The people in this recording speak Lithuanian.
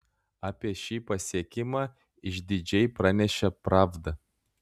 apie šį pasiekimą išdidžiai pranešė pravda